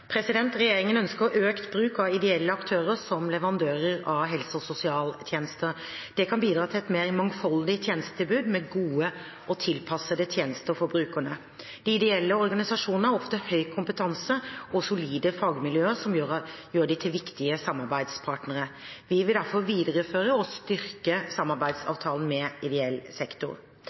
Regjeringen ønsker økt bruk av ideelle aktører som leverandører av helse- og sosialtjenester. Det kan bidra til et mer mangfoldig tjenestetilbud med gode og tilpassede tjenester for brukerne. De ideelle organisasjonene har ofte høy kompetanse og solide fagmiljøer som gjør dem til viktige samarbeidspartnere. Vi vil derfor videreføre og styrke samarbeidsavtalen med ideell sektor.